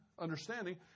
understanding